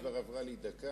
גברתי, כבר עברה לי דקה.